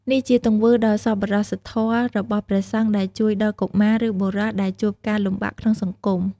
នេះជាទង្វើដ៏សប្បុរសធម៌របស់ព្រះសង្ឃដែលជួយដល់កុមារ ឬបុរសដែលជួបការលំបាកក្នុងសង្គម។